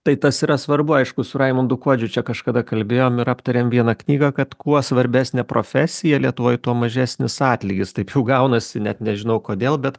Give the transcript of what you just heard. tai tas yra svarbu aišku su raimundu kuodžiu čia kažkada kalbėjom ir aptarėm vieną knygą kad kuo svarbesnė profesija lietuvoj tuo mažesnis atlygis taip jau gaunasi net nežinau kodėl bet